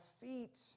feet